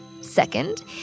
Second